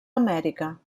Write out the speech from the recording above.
amèrica